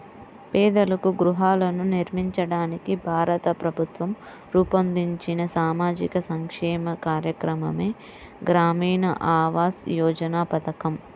పేదలకు గృహాలను నిర్మించడానికి భారత ప్రభుత్వం రూపొందించిన సామాజిక సంక్షేమ కార్యక్రమమే గ్రామీణ ఆవాస్ యోజన పథకం